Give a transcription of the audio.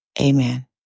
Amen